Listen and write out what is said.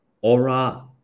Aura